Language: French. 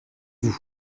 vous